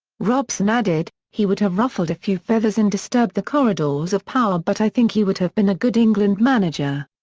robson added, he would have ruffled a few feathers and disturbed the corridors of power but i think he would have been a good england manager.